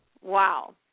Wow